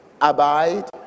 abide